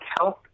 health